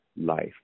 life